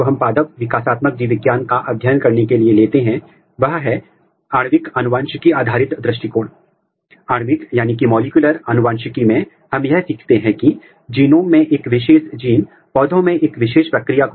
इसलिए यह विकासात्मक जीव विज्ञान के संदर्भ में बहुत महत्वपूर्ण है क्योंकि किसी भी अंग या किसी भी ऊतक का विकास एक संदर्भ पर आधारित प्रक्रिया है